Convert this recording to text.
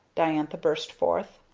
diantha burst forth.